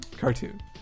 Cartoon